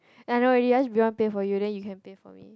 I know already ask Riwan to pay for you then you can pay for me